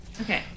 okay